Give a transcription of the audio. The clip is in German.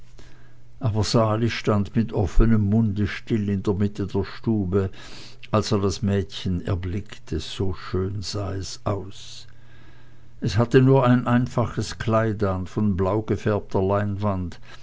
aber sali stand mit offenem munde still in der mitte der stube als er das mädchen erblickte so schön sah es aus es hatte nur ein einfaches kleid an von blaugefärbter leinwand